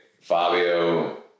Fabio